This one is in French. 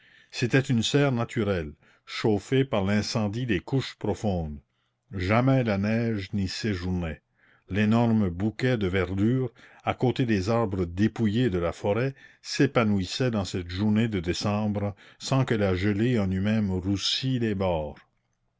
c'était une serre naturelle chauffée par l'incendie des couches profondes jamais la neige n'y séjournait l'énorme bouquet de verdure à côté des arbres dépouillés de la forêt s'épanouissait dans cette journée de décembre sans que la gelée en eût même roussi les bords